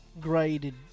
graded